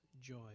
joy